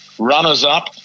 Runners-up